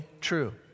true